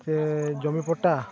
ᱥᱮ ᱡᱚᱢᱤ ᱯᱟᱴᱟ